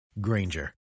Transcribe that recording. Granger